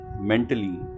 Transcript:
mentally